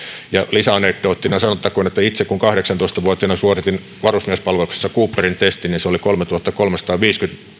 lisäanekdoottina sanottakoon että kun itse kahdeksantoista vuotiaana suoritin varusmiespalveluksessa cooperin testin niin se oli kolmetuhattakolmesataaviisikymmentä